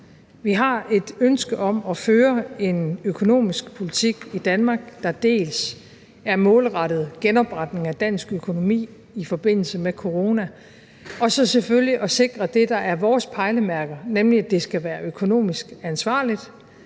Vi har et ønske om at føre en økonomisk politik i Danmark, der er målrettet genopretning af dansk økonomi i forbindelse med corona, og så selvfølgelig at sikre det, der er vores pejlemærker, nemlig at det skal være økonomisk ansvarligt,